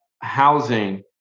housing